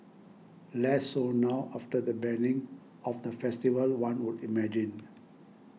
less so now after the banning of the festival one would imagine